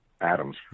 Adams